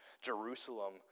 Jerusalem